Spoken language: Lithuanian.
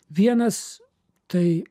vienas tai